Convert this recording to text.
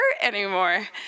anymore